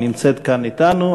שנמצאת כאן אתנו.